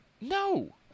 No